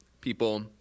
people